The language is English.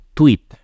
tweet